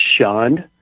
shunned